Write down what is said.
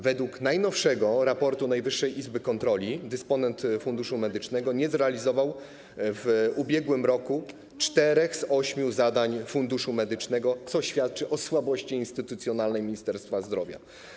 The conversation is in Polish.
Według najnowszego raportu Najwyżej Izby Kontroli dysponent Funduszu Medycznego nie zrealizował w ubiegłym roku czterech z ośmiu zadań tego funduszu, co świadczy o słabości instytucjonalnej Ministerstwa Zdrowia.